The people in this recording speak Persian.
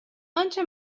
انچه